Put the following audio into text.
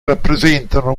rappresentano